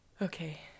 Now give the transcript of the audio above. Okay